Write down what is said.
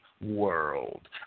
world